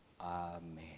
Amen